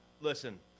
Listen